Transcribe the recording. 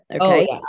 okay